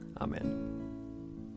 Amen